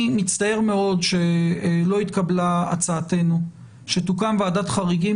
אני מצטער מאוד שלא התקבלה הצעתנו שתוקם ועדת חריגים,